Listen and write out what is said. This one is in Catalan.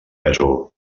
pèsol